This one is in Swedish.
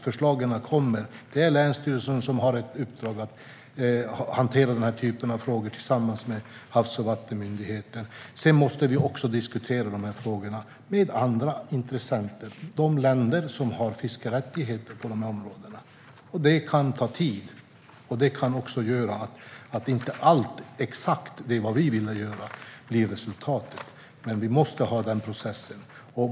Förslag kommer. Det är länsstyrelserna som tillsammans med Havs och vattenmyndigheten har i uppdrag att hantera sådana frågor. Vi måste sedan diskutera dem med andra intressenter, exempelvis de länder som har fiskerättigheter i områdena. Detta kan ta tid, och det kan också göra att resultatet inte blir exakt som vi vill. Vi måste dock ha en sådan process.